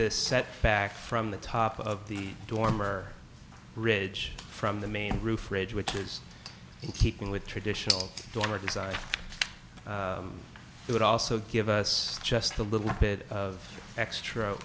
this set back from the top of the dormer ridge from the main roof ridge which is in keeping with traditional dormer design it would also give us just a little bit of extra